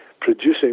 producing